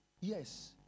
yes